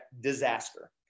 disaster